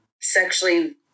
sexually